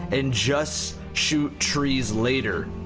and just shoot trees later,